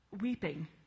weeping